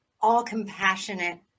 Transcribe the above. all-compassionate